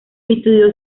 estudió